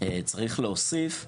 צריך להוסיף בסיפה,